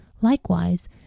Likewise